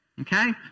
okay